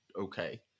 okay